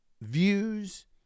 Views